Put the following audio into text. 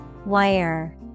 wire